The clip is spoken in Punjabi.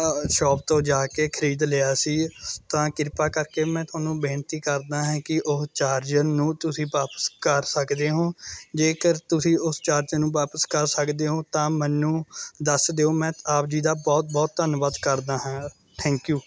ਸ਼ੋਪ ਤੋਂ ਜਾ ਕੇ ਖਰੀਦ ਲਿਆ ਸੀ ਤਾਂ ਕਿਰਪਾ ਕਰਕੇ ਮੈਂ ਤੁਹਾਨੂੰ ਬੇਨਤੀ ਕਰਦਾ ਹੈ ਕਿ ਉਹ ਚਾਰਜ ਨੂੰ ਤੁਸੀਂ ਵਾਪਸ ਕਰ ਸਕਦੇ ਹੋ ਜੇਕਰ ਤੁਸੀਂ ਉਸ ਚਾਰਜਰ ਨੂੰ ਵਾਪਸ ਕਰ ਸਕਦੇ ਹੋ ਤਾਂ ਮੈਨੂੰ ਦੱਸ ਦਿਓ ਮੈਂ ਆਪ ਜੀ ਦਾ ਬਹੁਤ ਬਹੁਤ ਧੰਨਵਾਦ ਕਰਦਾ ਹਾਂ ਥੈਂਕ ਯੂ